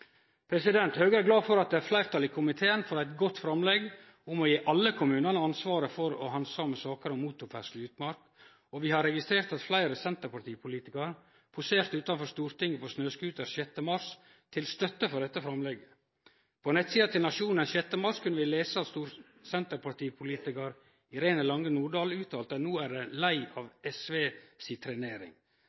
er fleirtal i komiteen for eit godt framlegg om å gje alle kommunar ansvar for å handsame saker om motorferdsle i utmark, og vi har registrert at fleire senterpartipolitikarar 6. mars poserte utanfor Stortinget på snøscooter til støtte for dette framlegget. På nettsida til Nationen 6. mars kunne vi lese at senterpartipolitikar Irene Lange Nordahl uttalte at no er dei lei av SV si trenering.